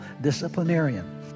disciplinarian